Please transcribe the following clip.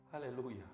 Hallelujah